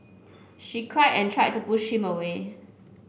she cried and tried to push him away